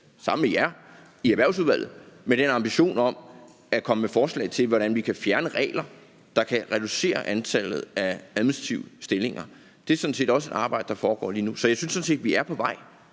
sammen med Erhvervsudvalget – med en ambition om at komme med forslag til, hvordan vi kan fjerne regler, så vi kan reducere antallet af administrative stillinger. Det er sådan set også et arbejde, der foregår lige nu. Så jeg synes sådan set, at vi er på vej.